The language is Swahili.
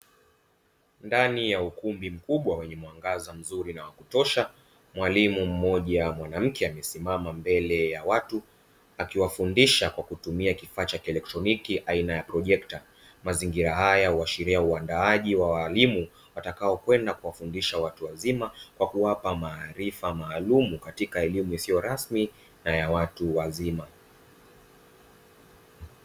Ndani ya ukumbi mkubwa wenye mwangaza mzuri na wa kutosha. Mwalimu mmoja mwanamke amesimama mbele ya watu akiwafundisha kwa kutumia kifaa cha kielekitroniki aina ya "projector". Mazingira haya huashiria uandaaji wa walimu watakao kwenda kuwafundisha watu wazima kwa kuwapa maarifa maalumu katika elimu isio rasmi na ya watu wazima.